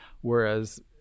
Whereas